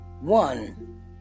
One